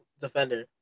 defender